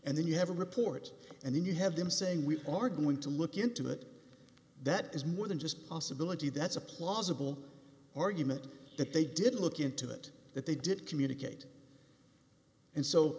and then you have a report and then you have them saying we are going to look intimate that is more than just possibility that's a plausible argument that they didn't look into it that they did communicate and so